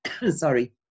sorry